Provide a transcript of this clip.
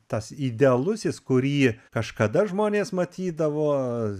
tas idealusis kurį kažkada žmonės matydavo